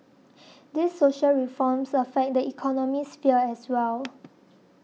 these social reforms affect the economic sphere as well